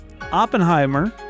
Oppenheimer